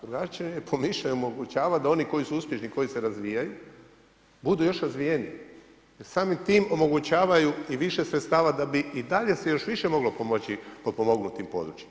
Drugačije promišljanje omogućava da oni koji su uspješni, koji se razvijaju budu još razvijeniji jer samim tim omogućavaju i više sredstava da bi i dalje se još više moglo pomoći potpomognutim područjima.